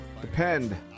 depend